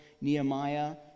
Nehemiah